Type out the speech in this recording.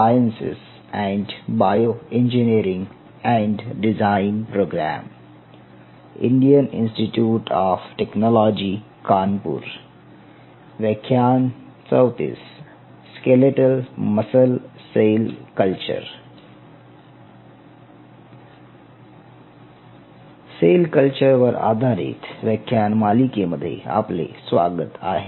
sale culture वर आधारित व्याख्यान मालिकेमध्ये आपले स्वागत आहे